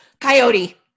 Coyote